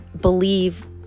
believe